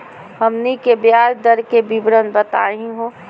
हमनी के ब्याज दर के विवरण बताही हो?